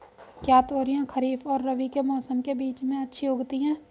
क्या तोरियां खरीफ और रबी के मौसम के बीच में अच्छी उगती हैं?